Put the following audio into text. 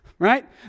right